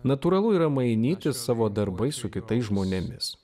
natūralu yra mainytis savo darbais su kitais žmonėmis